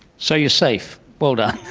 so you're safe. well done.